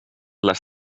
les